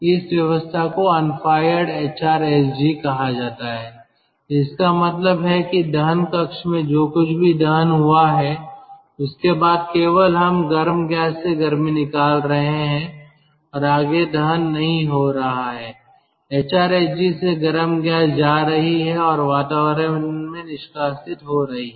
इस व्यवस्था को अनफायर्ड एचआरएसजी कहा जाता है इसका मतलब है कि दहन कक्ष में जो कुछ भी दहन हुआ है उसके बाद केवल हम गर्म गैस से गर्मी निकाल रहे हैं और आगे दहन नहीं हो रहा है एचआरएसजी से गर्म गैस जा रही है और वातावरण में निष्कासित हो रही है